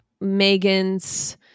Megan's –